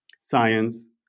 science